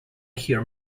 hear